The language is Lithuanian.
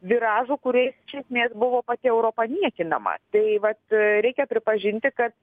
viražų kuriais iš esmės buvo pati europa niekinama tai vat reikia pripažinti kad